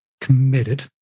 committed